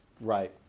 Right